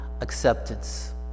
acceptance